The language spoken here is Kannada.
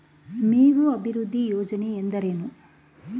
ಮೇವು ಅಭಿವೃದ್ಧಿ ಯೋಜನೆ ಎಂದರೇನು?